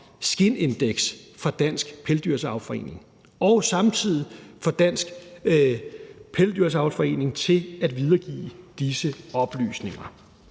skindindeks fra Dansk Pelsdyravlerforening – og samtidig få Dansk Pelsdyravlerforening til at videregive disse oplysninger.